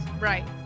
Right